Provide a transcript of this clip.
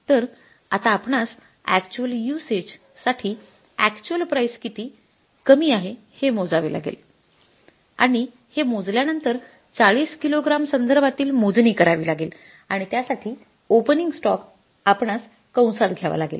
तर आता आपणास अॅक्च्युअल युसेज साठी अॅक्च्युअल प्राईस किती कमी आहे हे मोजावी लागेल आणि हे मोजल्या नंतर ४० किलो ग्रॅम संदर्भातील मोजणी करावी लागेल आणि त्यासाठी ओपनिंग स्टॉक आपणास कंसात घ्यावा लागेल